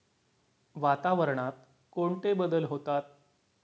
वातावरणात कोणते बदल होतात?